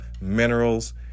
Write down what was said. minerals